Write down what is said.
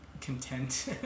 content